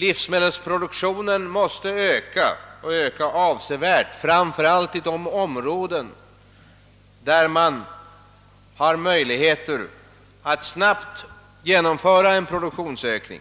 Livsmedelsproduktionen måste öka och öka avsevärt, framför allt i de områden där det finns utsikter att snabbt genomföra en produktionsökning,